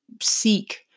seek